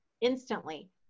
instantly